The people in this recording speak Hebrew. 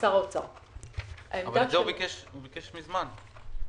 הוא מבקש מזמן.